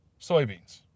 soybeans